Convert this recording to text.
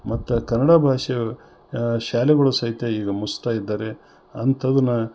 ಮತ್ತ ಕನ್ನಡ ಭಾಷೆಯ ಶಾಲೆಗಳು ಸಹಿತ ಈಗ ಮುಚ್ತಾ ಇದ್ದಾರೆ ಅಂಥದುನ